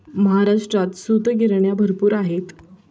महाराष्ट्रात सूतगिरण्या भरपूर आहेत